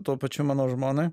tuo pačiu mano žmonai